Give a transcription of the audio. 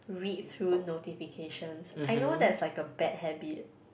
read through notifications I know that's like a bad habit